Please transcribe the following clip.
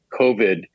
COVID